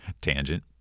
Tangent